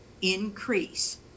increase